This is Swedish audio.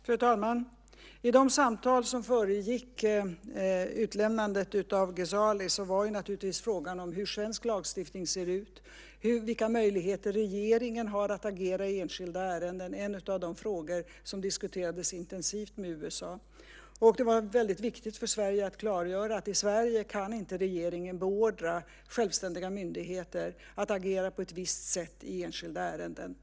Fru talman! I de samtal som föregick utlämnandet av Ghezali var naturligtvis frågan om hur svensk lagstiftning ser ut och vilka möjligheter regeringen har att agera i enskilda ärenden en av de frågor som diskuterades intensivt med USA. Det var väldigt viktigt för Sverige att klargöra att i Sverige kan inte regeringen beordra självständiga myndigheter att agera på ett visst sätt i enskilda ärenden.